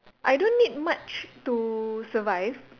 I don't need much to survive